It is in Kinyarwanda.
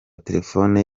telefone